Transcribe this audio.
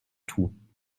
tout